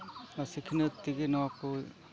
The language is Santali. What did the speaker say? ᱚᱱᱟ ᱥᱤᱠᱷᱱᱟᱹᱛ ᱛᱮᱜᱮ ᱱᱚᱣᱟ ᱠᱚ